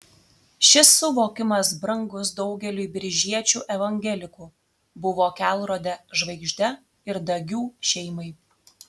šis suvokimas brangus daugeliui biržiečių evangelikų buvo kelrode žvaigžde ir dagių šeimai